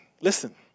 Listen